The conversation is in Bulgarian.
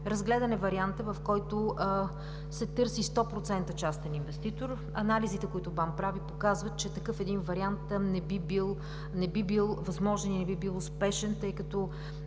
Разгледан е вариантът, в който се търси 100% частен инвеститор. Анализите, които БАН прави, показват, че такъв вариант не би бил възможен и не би бил успешен, тъй като